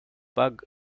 bug